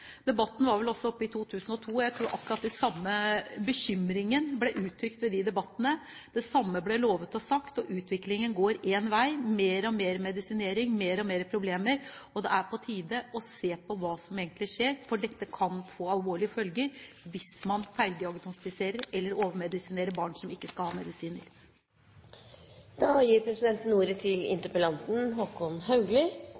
debatten var vel også oppe i 2002. Jeg tror akkurat den samme bekymringen ble uttrykt ved de debattene, og det samme ble lovet og sagt. Utviklingen går én vei: mer og mer medisinering og mer og mer problemer. Det er på tide å se på hva som egentlig skjer, for det kan få alvorlige følger hvis man feildiagnostiserer eller overmedisinerer barn som ikke skal ha